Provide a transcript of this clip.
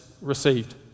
received